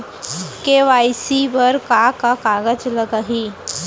KYC बर का का कागज लागही?